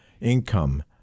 income